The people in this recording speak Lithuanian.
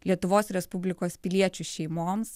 lietuvos respublikos piliečių šeimoms